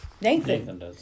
Nathan